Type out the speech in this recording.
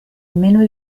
meno